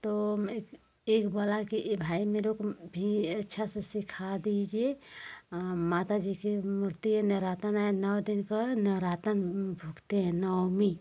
तो एक बोला कि ए भाई मेरेको भी अच्छा से सिखा दीजिए माताजी की मूर्ति नवरातन है नौ दिन का नवरातन भुक्ते हैं नौमी